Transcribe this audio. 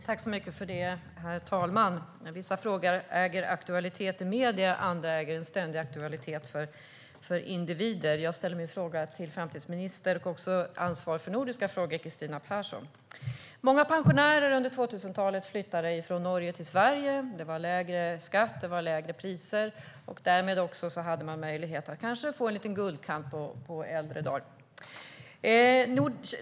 Herr talman! Vissa frågor äger aktualitet i medierna, andra äger en ständig aktualitet för individer. Jag ställer min fråga till framtidsminister Kristina Persson som också har ansvar för nordiska frågor. Många pensionärer flyttade under 2000-talet från Norge till Sverige. Det var lägre skatt, och det var lägre priser. Därmed hade de kanske också möjlighet att få en liten guldkant på äldre dagar.